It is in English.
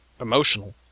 emotional